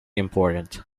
important